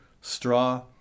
straw